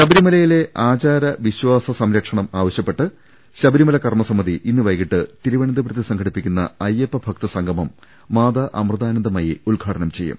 ശബരിമലയിലെ ആചാര വിശ്വാസ സംരക്ഷണം ആവശ്യപ്പെട്ട് ശബരിമല കർമസമിതി ഇന്ന് വൈകീട്ട് തിരുവനന്തപുരത്ത് സംഘ ടിപ്പിക്കുന്ന അയ്യപ്പഭക്ത സംഗമം മാതാ അമൃതാനന്ദമയി ഉദ്ഘാ ടനം ചെയ്യും